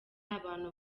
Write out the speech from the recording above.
abantu